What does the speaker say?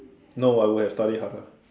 no I would had study harder